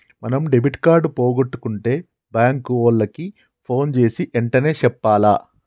మనం debit card పోగొట్టుకుంటే bank ఓళ్ళకి పోన్ జేసీ ఎంటనే చెప్పాల